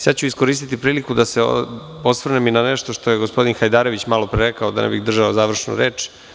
Sada ću iskoristiti priliku da se osvrnem i na nešto što je gospodin Hajdarević malo pre rekao, da ne bih držao završnu reč.